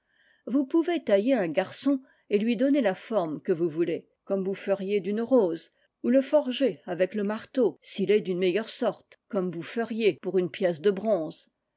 vous pouvez tailler un garçon et lui donner la forme que vous voulez i comme vous feriez d'une rose ou le forger avec le marteau s'il est d'une meilleure sorte comme vous feriez pour une pièce de bronze